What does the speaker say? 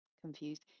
confused